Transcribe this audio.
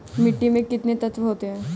मिट्टी में कितने तत्व होते हैं?